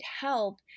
help